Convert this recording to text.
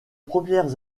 premières